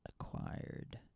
acquired